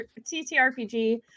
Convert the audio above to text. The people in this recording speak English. TTRPG